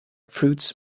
fruits